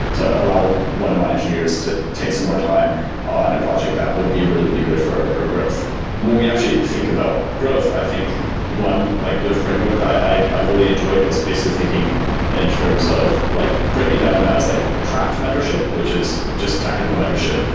to allow one of my engineers to take some more time on a project that would be really, really good for her growth when we actually think about growth, i think one like good framework that i i really enjoyed is basically thinking in terms of like breaking down as like craft mentorship, which is just technical mentorship.